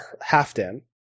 Halfdan